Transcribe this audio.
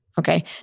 Okay